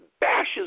bashes